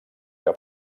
que